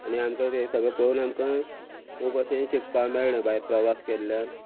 आनी आमकां ते सगळे पळोवन आमकां खूब अशें शिकपाक मेळ्ळें भायर प्रवास केल्ल्यान